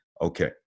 Okay